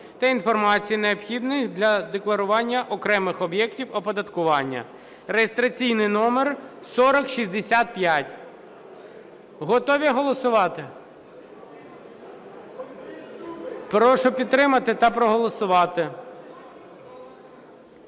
та інформації необхідної для декларування окремих об'єктів оподаткування (реєстраційний номер 4065). Готові голосувати? Прошу підтримати та проголосувати.